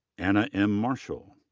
anna m. marshall.